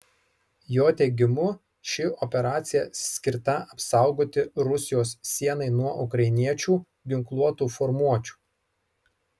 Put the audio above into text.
jo teigimu ši operacija skirta apsaugoti rusijos sienai nuo ukrainiečių ginkluotų formuočių